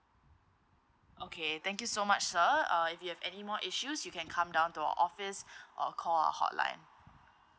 okay thank you so much sir uh if you have any more issues you can come down to our office or call our hotline